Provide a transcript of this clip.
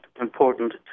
important